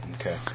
okay